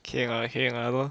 okay lah okay lah don't